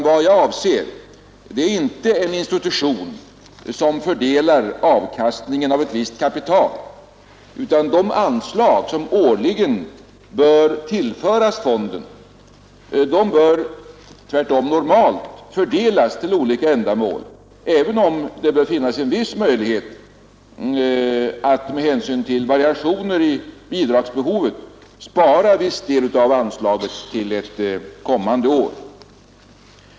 Vad jag avser är inte en institution som fördelar avkastningen av ett visst kapital, utan det anslag som årligen bör tillföras fonden bör tvärtom normalt fördelas till olika ändamål, även om det bör finnas en viss möjlighet att med hänsyn till variationer i bidragsbehovet spara viss del av anslaget till ett kommande år.